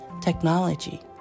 technology